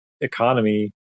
economy